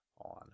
on